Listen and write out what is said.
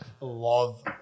love